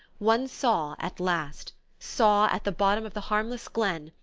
one saw at last. saw, at the bottom of the harmless glen,